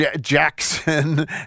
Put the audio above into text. Jackson